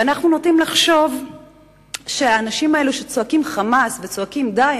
ואנחנו נוטים לחשוב שהאנשים האלה שצועקים חמס וצועקים: די,